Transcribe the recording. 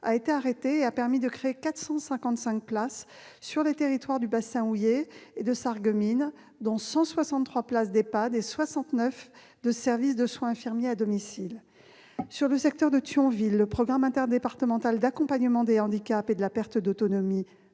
a été arrêté et a permis de créer 455 places sur les territoires du bassin houiller et de Sarreguemines, dont 163 places en EHPAD et 69 places de services de soins infirmiers à domicile. Dans le secteur de Thionville, le programme interdépartemental d'accompagnement des handicaps et de la perte d'autonomie